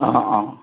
অঁ অঁ